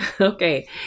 Okay